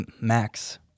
max